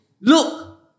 Look